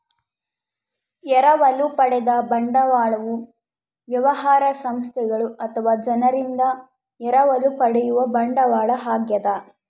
ಎರವಲು ಪಡೆದ ಬಂಡವಾಳವು ವ್ಯವಹಾರ ಸಂಸ್ಥೆಗಳು ಅಥವಾ ಜನರಿಂದ ಎರವಲು ಪಡೆಯುವ ಬಂಡವಾಳ ಆಗ್ಯದ